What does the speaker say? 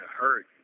hurt